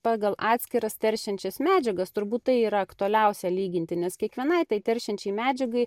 pagal atskiras teršiančias medžiagas turbūt tai yra aktualiausia lyginti nes kiekvienai tai teršiančiai medžiagai